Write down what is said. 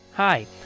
Hi